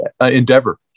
endeavor